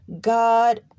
god